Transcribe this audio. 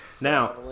Now